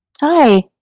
Hi